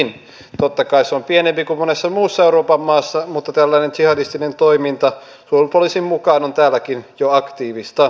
totta kai se on pienempi kuin monessa muussa euroopan maassa mutta tällainen jihadistinen toiminta suomen poliisin mukaan on täälläkin jo aktiivista